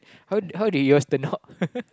how how did yours turn out